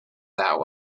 that